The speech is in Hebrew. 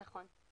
נכון.